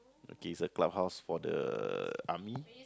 okay it's a clubhouse for the army